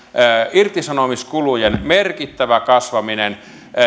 irtisanomiskulujen merkittävä kasvaminen